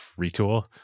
retool